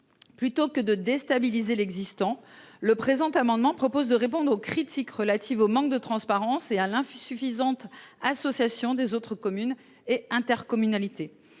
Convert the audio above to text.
Plutôt que de déstabiliser l'existant. Le présent amendement propose de répondre aux critiques relatives au manque de transparence et Alain fut suffisante, association des autres communes et intercommunalités.